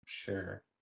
Sure